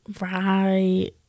Right